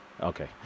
okay